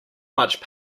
much